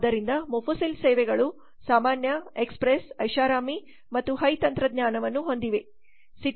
ಆದ್ದರಿಂದ ಮೊಫುಸಿಲ್ ಸೇವೆಗಳು ಸಾಮಾನ್ಯ ಎಕ್ಸ್ಪ್ರೆಸ್ ಐಷಾರಾಮಿ ಮತ್ತು ಹೈ ತಂತ್ರಜ್ಞಾನವನ್ನು ಹೊಂದಿವೆ